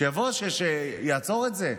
שיבוא ויעצור את זה,